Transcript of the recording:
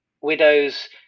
widow's